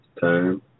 time